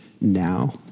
now